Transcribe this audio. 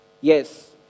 yes